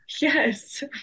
Yes